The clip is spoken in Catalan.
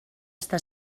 està